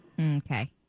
Okay